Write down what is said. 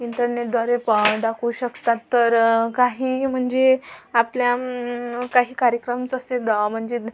इंटरनेटद्वारे दाखवू शकतात तर काही म्हणजे आपल्या काही कार्यक्रम्स असे म्हणजे